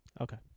Okay